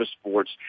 sports